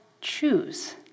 choose